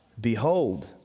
behold